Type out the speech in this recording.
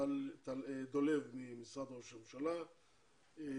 טלל דולב ממשרד ראש הממשלה,